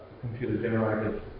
computer-generated